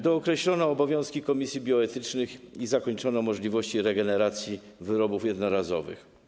Dookreślono obowiązki komisji bioetycznych i zakończono możliwości regeneracji wyrobów jednorazowych.